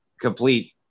complete